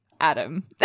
Adam